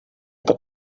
pot